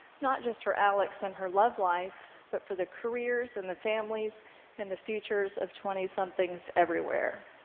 not just for alex and her love life but for the careers and the families and the futures of twentysomethings everywhere.